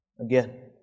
again